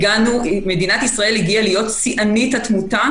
מדינת ישראל הגיעה להיות שיאנית התמותה